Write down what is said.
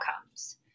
outcomes